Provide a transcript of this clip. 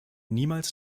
niemals